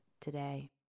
today